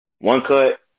one-cut